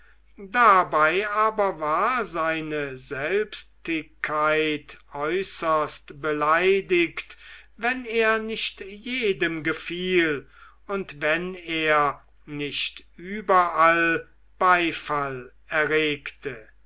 dabei aber war seine selbstigkeit äußerst beleidigt wenn er nicht jedem gefiel und wenn er nicht überall beifall erregte